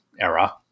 era